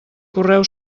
correu